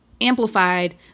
amplified